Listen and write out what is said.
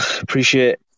appreciate